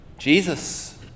Jesus